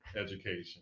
education